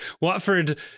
Watford